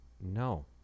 No